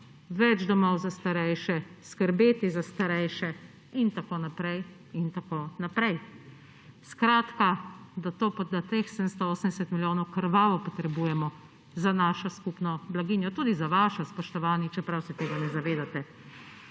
več domov za starejše, skrbeti za starejše in tako naprej in tako naprej, skratka, da teh 780 milijonov krvavo potrebujemo za našo skupno blaginjo. Tudi za vašo, spoštovani, čeprav se tega ne zavedate.